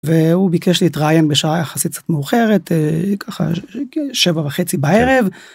והוא ביקש להתראיין בשעה יחסית מאוחרת ככה שבע וחצי בערב.